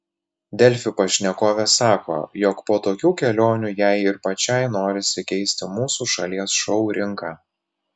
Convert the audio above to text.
delfi pašnekovė sako jog po tokių kelionių jai ir pačiai norisi keisti mūsų šalies šou rinką